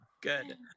Good